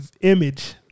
image